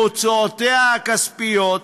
להוצאותיה הכספיות,